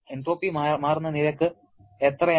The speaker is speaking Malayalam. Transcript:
എൻട്രോപ്പി മാറുന്ന നിരക്ക് എത്രയാണ്